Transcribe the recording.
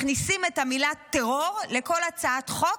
מכניסים את המילה "טרור" לכל הצעת חוק,